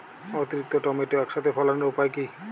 অতিরিক্ত টমেটো একসাথে ফলানোর উপায় কী?